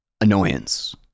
annoyance